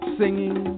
singing